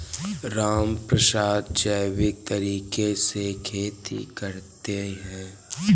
रामप्रसाद जैविक तरीके से खेती करता है